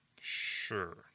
Sure